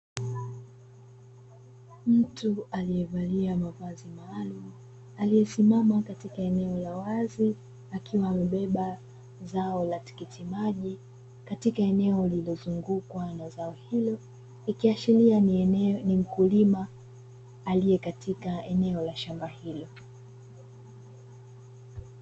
Mtu aliyevalia mavazi maalumu, aliyemsimama katika eneo la wazi akiwa amebeba zao la tikiti maji, katika eneo lililozungukwa na zao hilo, ikiashiria ni mkulima aliye katika eneo la shamba hilo.